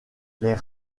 les